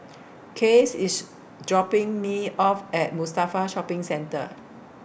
Case IS dropping Me off At Mustafa Shopping Centre